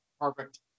perfect